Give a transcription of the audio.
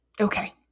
Okay